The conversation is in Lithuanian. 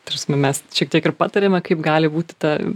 tarsi nu mes šiek tiek ir patariame kaip gali būti ta